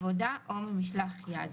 כדי לקבל הכנסה מעבודה או ממשלח יד."